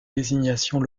désignation